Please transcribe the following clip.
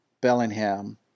Bellingham